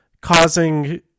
causing